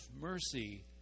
mercy